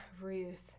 Ruth